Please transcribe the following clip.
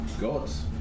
Gods